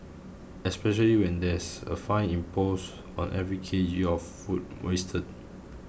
especially when there's a fine imposed on every K G of food wasted